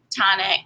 tonic